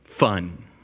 fun